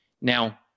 Now